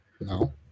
No